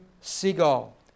seagull